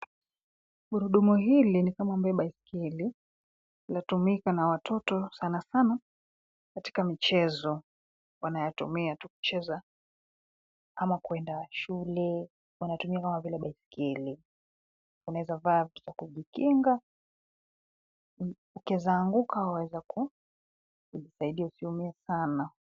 Gurudumu hili ni kama ambaye baiskeli, yatumika na watoto sana sana, katika michezo, wanayatumia tu kucheza, kama kuenda shule, wanatumia kama vile baiskeli, unaweza vaa kitu ya kujikinga, ukieza anguka wawezaku, jisaidia usiumie sana.